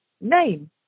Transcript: name